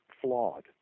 flawed